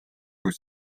kui